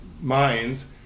minds